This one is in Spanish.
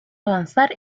avanzar